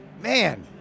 Man